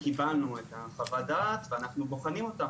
קיבלנו את חוות הדעת ואנחנו בוחנים אותה